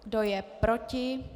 Kdo je proti?